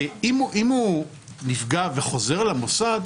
אם הוא נפגע וחוזר למוסד,